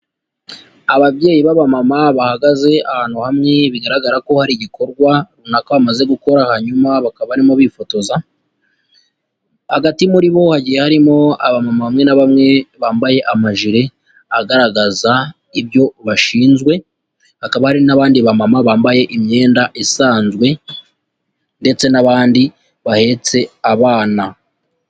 Ababyeyi b'abamama bahagaze ahantu hamwe bigaragara ko hari igikorwa runaka bamaze gukora bakaba baro bifotoza, hagati muri bo hagiye harimo abamama bamwe na bamwe bambaye amajire agaragaza ibyo bashinzwe, hakaba hari n'abandi bamama bambaye imyenda isanzwe ndetse n'abandi bahetse abana.